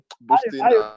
boosting